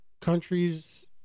countries